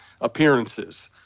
appearances